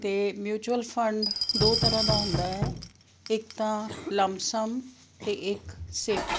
ਅਤੇ mutual fund ਦੋ ਤਰ੍ਹਾਂ ਦਾ ਹੁੰਦਾ ਹੈ ਇੱਕ ਤਾਂ ਲੰਬਸਮ ਅਤੇ ਇੱਕ ਸਿਪ